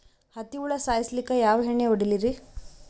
ಹತ್ತಿ ಹುಳ ಸಾಯ್ಸಲ್ಲಿಕ್ಕಿ ಯಾ ಎಣ್ಣಿ ಹೊಡಿಲಿರಿ?